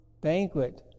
banquet